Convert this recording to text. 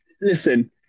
listen